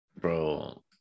Bro